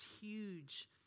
huge